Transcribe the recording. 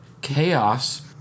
chaos